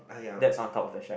that's on top of the shack